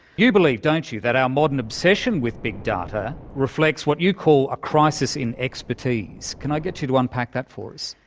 you believe, don't you, that our modern obsession with big data reflects what you call a crisis in expertise. can i get you to unpack that for us?